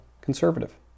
conservative